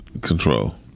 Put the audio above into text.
control